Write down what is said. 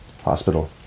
hospital